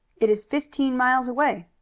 it is fifteen miles away.